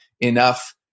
enough